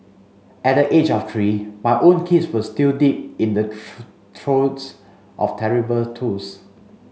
at the age of three my own kids were still deep in the throes of terrible twos